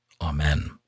Amen